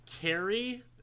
carry